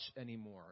anymore